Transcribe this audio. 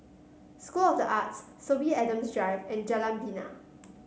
School of the Arts Sorby Adams Drive and Jalan Bena